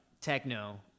techno